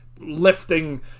lifting